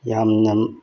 ꯌꯥꯝꯅ